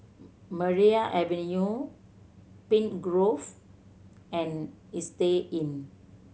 Maria Avenue Pine Grove and Istay Inn